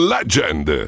Legend